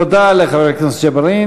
תודה לחבר הכנסת ג'בארין.